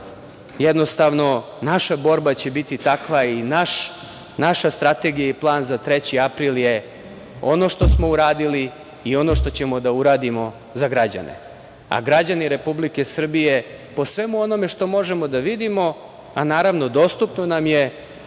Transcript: jednostavno naša borba biti takva i naša strategija i plan za 3. april je ono što smo uradili i ono što ćemo da uradimo za građane, a građani Republike Srbije, po svemu onome što možemo da vidimo, a naravno dostupno nam je,